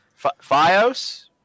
Fios